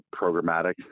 programmatic